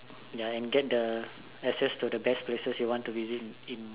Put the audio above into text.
ya and get the excess to the best places you want to visit in in